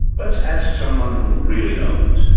let's ask someone who really knows.